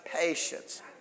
patience